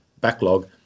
backlog